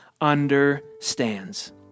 understands